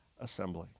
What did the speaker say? assembly